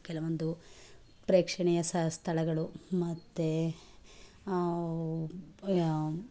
ಕೆಲವೊಂದು ಪ್ರೇಕ್ಷಣೀಯ ಸ್ಥಳಗಳು ಮತ್ತೆ